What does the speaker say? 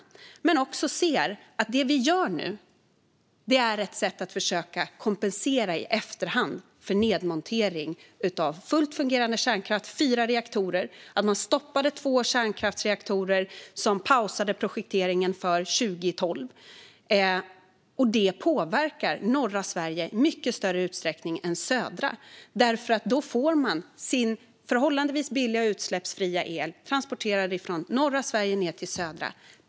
Det gäller också att man ser att det vi nu gör är ett sätt att försöka kompensera i efterhand för nedmontering av fullt fungerande kärnkraft i fyra reaktorer och att man stoppade två kärnkraftsreaktorer genom att man pausade projekteringen för 2012. Det påverkar norra Sverige i mycket större utsträckning än södra. Man får sin förhållandevis billiga och utsläppsfria el transporterad från norra Sverige ner till södra.